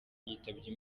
yitabye